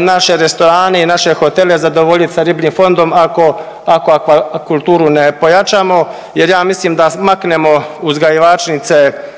naše restorane i naše hotele zadovoljiti sa ribljim fondom ako aquakulturu ne pojačamo. Jer ja mislim da maknemo uzgajivačnice